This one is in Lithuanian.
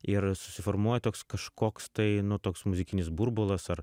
ir susiformuoja toks kažkoks tai nu toks muzikinis burbulas ar